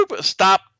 Stop